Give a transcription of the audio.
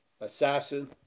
assassin